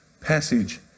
passage